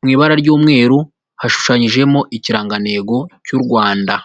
mu ibara ry'umweru hashushanyijemo ikirangantego cy'u Rwanda.